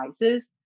devices